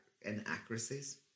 inaccuracies